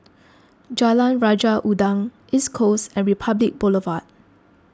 Jalan Raja Udang East Coast and Republic Boulevard